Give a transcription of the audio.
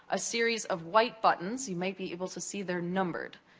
a series of white buttons. you may be able to see they're numbered.